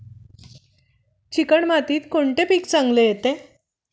Chicken मातीत कोणते पीक चांगले येते?